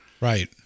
right